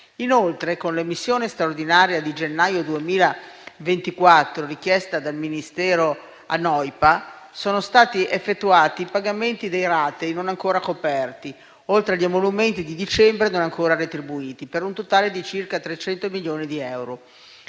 Inoltre, con l'emissione straordinaria di gennaio 2024, richiesta dal Ministero a NoiPA, sono stati effettuati i pagamenti dei ratei non ancora coperti, oltre agli emolumenti di dicembre non ancora retribuiti, per un totale di circa 300 milioni di euro.